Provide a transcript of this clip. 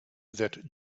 that